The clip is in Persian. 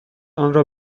آنرا